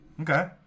Okay